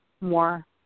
more